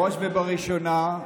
בראש ובראשונה,